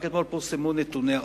רק אתמול פורסמו נתוני העוני,